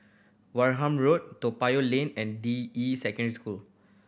Wareham Road Toa Payoh Lane and Deyi Secondary School